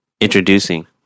Introducing